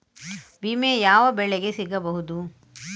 ವಿಮೆ ಯಾವ ಬೆಳೆಗೆ ಸಿಗಬಹುದು?